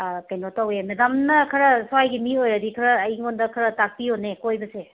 ꯀꯩꯅꯣ ꯇꯧꯋꯦ ꯃꯦꯗꯥꯝꯅ ꯈꯔ ꯁ꯭ꯋꯥꯏꯒꯤ ꯃꯤ ꯑꯣꯏꯔꯗꯤ ꯈꯔ ꯑꯩꯉꯣꯟꯗ ꯈꯔ ꯇꯥꯛꯄꯤꯌꯣꯅꯦ ꯀꯣꯏꯕꯁꯦ